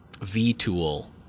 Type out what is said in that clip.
V-tool